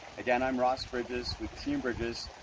again, i'm ross bridges with team bridges.